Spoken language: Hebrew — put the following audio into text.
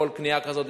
בכל קנייה כזאת,